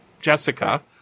Jessica